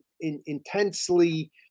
intensely